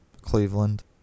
cleveland